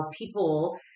people